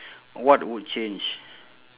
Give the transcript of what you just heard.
what would change